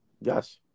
Yes